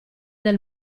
del